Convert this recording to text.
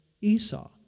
Esau